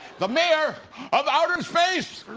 the mayor of outer space!